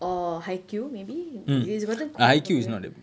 or haikyu maybe it's gotten quite popular